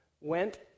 went